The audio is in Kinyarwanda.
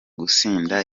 gusinda